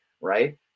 right